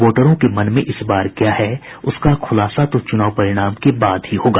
वोटरों के मन इस बार क्या है उसका खुलासा तो चुनाव परिणाम के बाद ही होगा